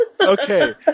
okay